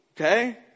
Okay